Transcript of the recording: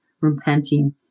repenting